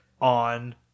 on